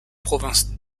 provinces